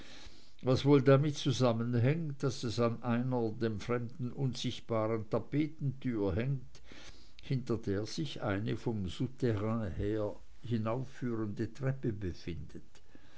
was wohl damit zusammenhängt daß es an einer dem fremden unsichtbaren tapetentür hängt hinter der sich eine vom souterrain her hinaufführende treppe befindet